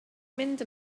mynd